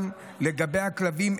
גם לגבי הכלבים,